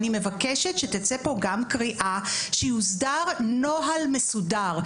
אני מבקשת שתצא פה גם קריאה שיוסדר נוהל מסודר,